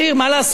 מה לעשות?